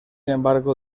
embargo